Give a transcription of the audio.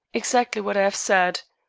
exactly what i have said.